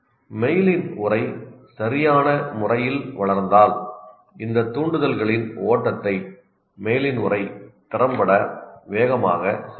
myelin உறை சரியான முறையில் வளர்ந்தால் இந்த தூண்டுதல்களின் ஓட்டத்தை மெய்லின் உறை திறம்பட வேகமாக செய்கிறது